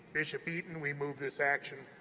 bishop eaton, we move this action.